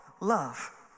love